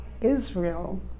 israel